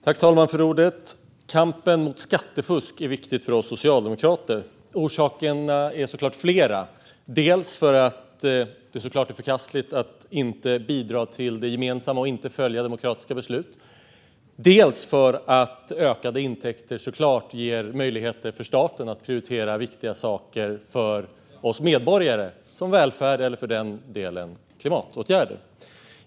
Fru talman! Kampen mot skattefusk är viktig för oss socialdemokrater. Orsakerna är förstås flera: dels är det såklart förkastligt att inte bidra till det gemensamma och inte följa demokratiska beslut, dels ger ökade intäkter såklart möjligheter för staten att prioritera viktiga saker för oss medborgare, såsom välfärd eller, för den delen, klimatåtgärder.